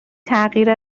تغییر